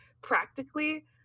practically